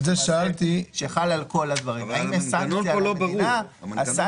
המנגנון פה לא ברור.